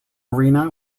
arena